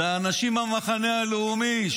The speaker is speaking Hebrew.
זה האנשים מהמחנה הלאומי,